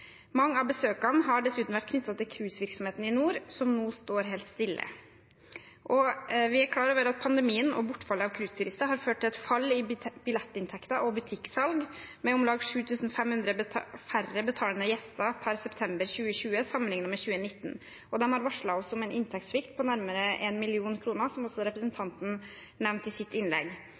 Mange av besøkene har dessuten vært knyttet til cruisevirksomheten i nord, som nå står helt stille. Vi er klar over at pandemien og bortfallet av cruiseturister har ført til et fall i billettinntekter og butikksalg med om lag 7 500 færre betalende gjester per september 2020 sammenliknet med 2019. De har varslet oss om en inntektssvikt på nærmere 1 mill. kr, som representanten nevnte i sitt innlegg.